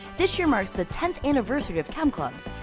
this year marks the tenth anniversary of chemclubs.